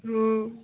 हँ